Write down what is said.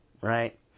right